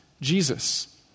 Jesus